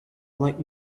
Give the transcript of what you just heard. like